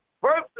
first